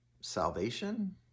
salvation